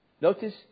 Notice